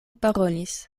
parolis